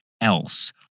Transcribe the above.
else